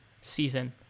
season